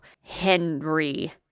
henry